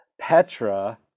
Petra